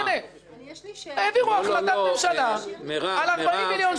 העבירו החלטת ממשלה על 40 מילון שקל